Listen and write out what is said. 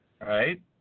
right